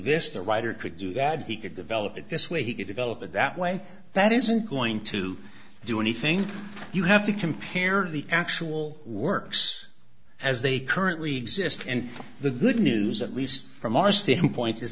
this the writer could do that he could develop it this way he could develop it that way that isn't going to do anything you have to compare the actual works as they currently exist and the good news at least from our standpoint is